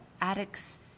addicts